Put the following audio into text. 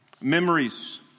Memories